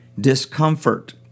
discomfort